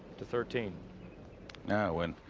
the thirteen now and